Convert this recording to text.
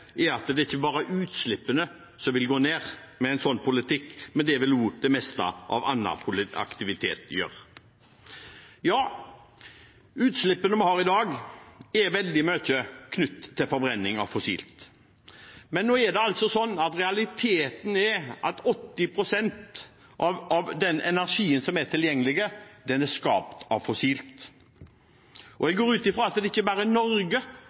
er at det ikke bare er utslippene som vil gå ned med en sånn politikk, men det vil også det meste av annen aktivitet gjøre. Utslippene vi har i dag, er mye knyttet til forbrenning av fossilt brensel. Men nå er altså realiteten at 80 pst. av energien som er tilgjengelig, er skapt av fossilt brensel. Jeg går ut fra at det ikke bare er i Norge